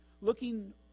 Looking